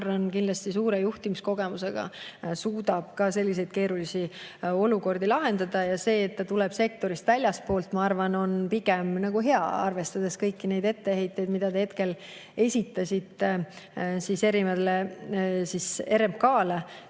Marran oma kindlasti suure juhtimiskogemusega suudab selliseid keerulisi olukordi lahendada. Ja see, et ta tuleb sektorist väljastpoolt, ma arvan, on pigem hea, arvestades kõiki neid etteheiteid, mis te esitasite RMK-le.